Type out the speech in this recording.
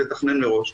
לתכנן מראש.